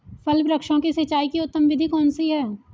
फल वृक्षों की सिंचाई की उत्तम विधि कौन सी है?